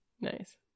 Nice